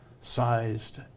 sized